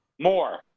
More